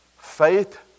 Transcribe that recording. Faith